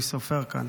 מי סופר כאן?